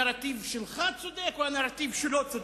הנרטיב שלך צודק או הנרטיב שלו צודק,